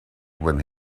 when